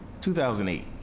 2008